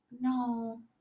No